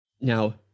Now